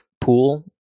pool